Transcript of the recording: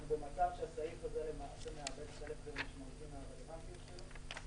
אנחנו במצב שהסעיף הזה למעשה מהווה חלק מאוד משמעותי מהרלוונטיות שלו,